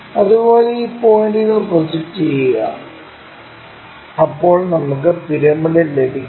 അതുപോലെ ഈ പോയിന്റുകൾ പ്രൊജക്റ്റ് ചെയ്യുക അപ്പോൾ നമുക്ക് പിരമിഡ് ലഭിക്കും